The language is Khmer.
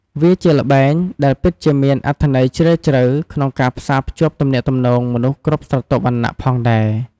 វាជាល្បែងដែលពិតជាមានអត្ថន័យជ្រាលជ្រៅក្នុងការផ្សារភ្ជាប់ទំនាក់ទំនងមនុស្សគ្រប់ស្រទាប់វណ្ណៈផងដែរ។